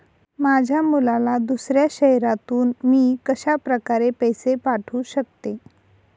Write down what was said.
माझ्या मुलाला दुसऱ्या शहरातून मी कशाप्रकारे पैसे पाठवू शकते?